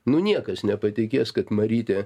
nu niekas nepatikės kad marytė